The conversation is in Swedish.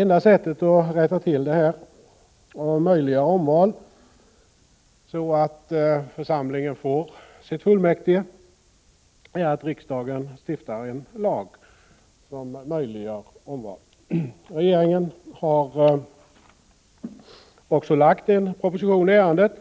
Enda sättet att rätta till detta, så att församlingen får sina fullmäktige, är att riksdagen stiftar en lag som möjliggör omval. Regeringen har också lagt fram en proposition i ärendet,